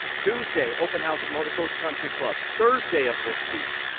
tuesday open house at motorcoach country club, thursday of this week